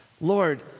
Lord